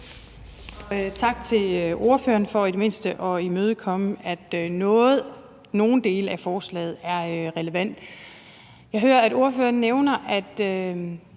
Tak til ordføreren for i det mindste at imødekomme, at nogle dele af forslaget er relevante. Jeg hører, at ordføreren nævner, at